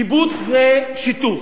קיבוץ זה סמל שיתוף.